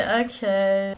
okay